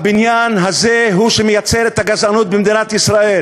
הבניין הזה הוא שמייצר את הגזענות במדינת ישראל.